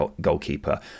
goalkeeper